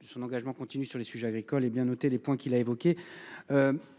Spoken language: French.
Son engagement continu sur les sujets agricoles hé bien noté les points qu'il a évoqué.